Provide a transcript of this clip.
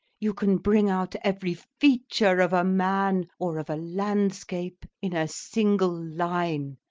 you can bring out every feature of a man or of a landscape in a single line,